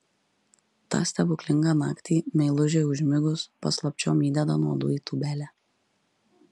tą stebuklingą naktį meilužei užmigus paslapčiom įdeda nuodų į tūbelę